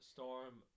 Storm